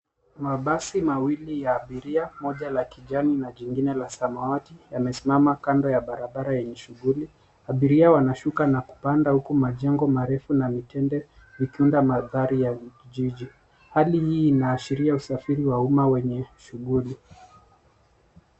Mabasi mawili ya abiria, moja la kijani na jingine la samawati, yamesimama kando ya barabara yenye shughuli . Abiria wanashuka na kupanda huku majengo marefu na mitende vikiunda mandhari ya jiji. Hali hii inaashiria usafiri wa umma wenye shughuli.